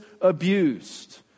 abused